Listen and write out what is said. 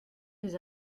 des